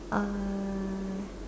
uh